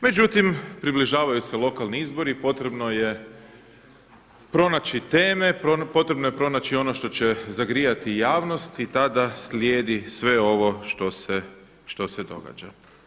Međutim, približavaju se lokalni izbori, potrebno je pronaći teme, potrebno je pronaći ono što će zagrijati javnost i tada slijedi sve ovo što se događa.